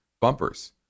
bumpers